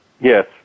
Yes